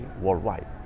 worldwide